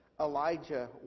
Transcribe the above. Elijah